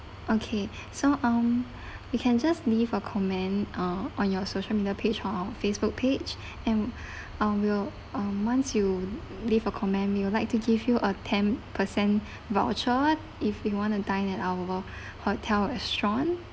okay so um you can just leave a comment uh on your social media page or on our facebook page and um we'll once you leave a comment we would like to give you a ten per cent voucher if you want to dine at our hotel restaurant